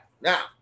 now